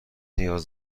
نیاز